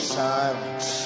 silence